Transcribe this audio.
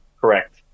correct